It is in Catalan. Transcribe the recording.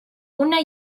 una